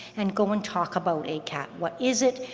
and go and talk about acat, what is it,